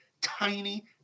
tiny